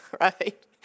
Right